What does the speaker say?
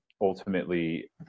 ultimately